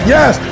Yes